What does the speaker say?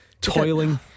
Toiling